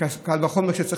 קל וחומר כשאין מספיק מחשבים,